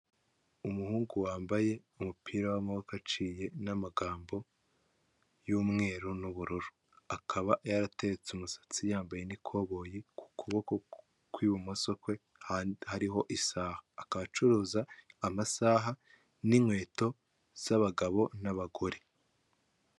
Umuhungu wambaye umupira w'amaboko aciye n'amagambo y'umweru n'ubururu, akaba yaratetse umusatsi yambaye n'ikoboyi ku kuboko kw'ibumoso kwe hariho isaha, akaba acuruza amasaha n'inkweto z'abagabo n'abagore.